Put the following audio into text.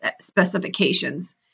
specifications